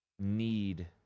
need